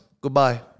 goodbye